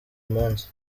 munsi